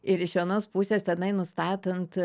ir iš vienos pusės tenai nustatant